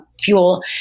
fuel